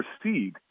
proceed